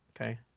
Okay